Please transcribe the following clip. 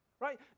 Right